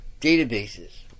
databases